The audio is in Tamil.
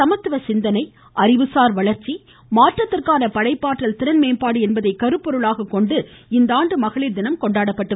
சமத்துவ சிந்தனை அறிவுசார் வளர்ச்சி மாற்றத்திற்கான படைப்பாற்றல் திறன் மேம்பாடு என்பதை கருப்பொருளாக கொண்டு இந்த கொண்டாடப்படுகிறது